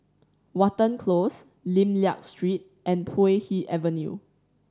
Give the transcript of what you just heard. Watten Close Lim Liak Street and Puay Hee Avenue